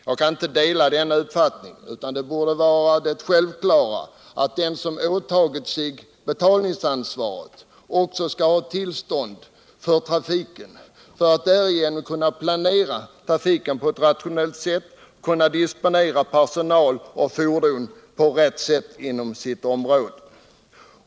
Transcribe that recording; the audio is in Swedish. Jag kan inte dela denna uppfattning, utan det självklara borde vara att den som åtagit sig betalningsansvaret också skall ha tillståndet till trafiken för att därigenom kunna planera den och disponera personal och fordon på rationellt sätt inom sitt område.